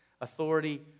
authority